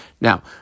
Now